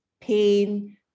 pain